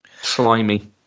slimy